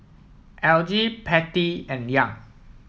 Elgie Pattie and Young